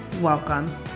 welcome